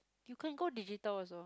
you can go digital also